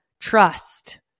trust